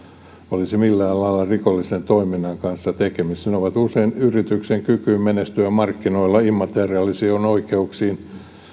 olisi millään lailla rikollisen toiminnan kanssa tekemisissä ne ovat usein yrityksen kykyyn menestyä markkinoilla ja immateriaalisiin oikeuksiin